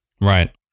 Right